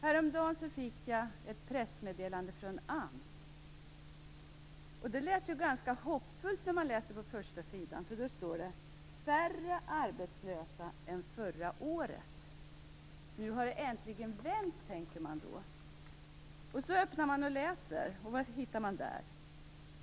Häromdagen fick jag från AMS ett pressmeddelande med ett ganska hoppfullt budskap på första sidan, där det hette: "Färre arbetslösa än förra året." Nu har det äntligen vänt, tänker man då. Vad hittar man då när man fortsätter att läsa?